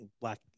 black